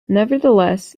nevertheless